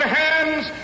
hands